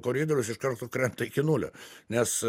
koridoriaus iš karto krenta iki nulio nes